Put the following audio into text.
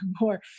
more